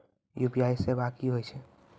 UPI सेवा की होय छै?